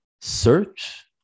search